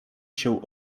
się